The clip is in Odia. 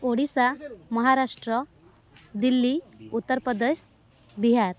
ଓଡ଼ିଶା ମହାରାଷ୍ଟ୍ର ଦିଲ୍ଲୀ ଉତ୍ତରପ୍ରଦେଶ ବିହାର